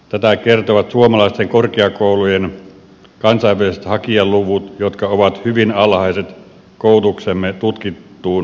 tätä kertovat suomalaisten korkeakoulujen kansainväliset hakijaluvut jotka ovat hyvin alhaiset koulutuksemme tutkittuun laatuun nähden